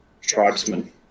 tribesmen